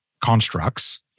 constructs